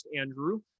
Andrew